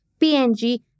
PNG